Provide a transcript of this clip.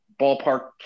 ballpark